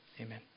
amen